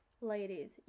Ladies